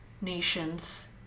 nations